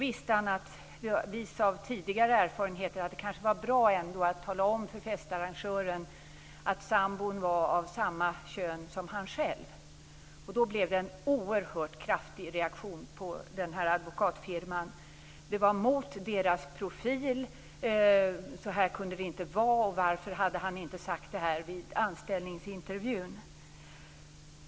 Vis av tidigare erfarenheter visste han att det kanske skulle vara bra att tala om för festarrangören att sambon var av samma kön som han själv. Då blev det en oerhört kraftig reaktion på advokatfirman. Det var mot deras profil. Så här kunde det inte vara. Varför hade han inte sagt detta vid anställningsintervjun?